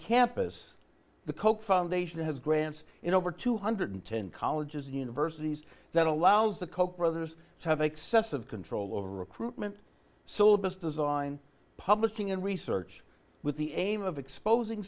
campus the koch foundation has grants in over two hundred and ten colleges and universities that allows the koch brothers to have excessive control over recruitment syllabus design publishing and research with the aim of exposing